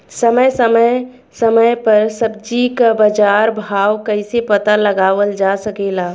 समय समय समय पर सब्जी क बाजार भाव कइसे पता लगावल जा सकेला?